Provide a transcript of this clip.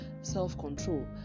self-control